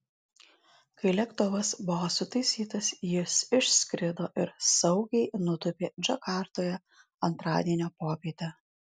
kai lėktuvas buvo sutaisytas jis išskrido ir saugiai nutūpė džakartoje antradienio popietę